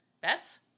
Bets